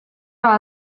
war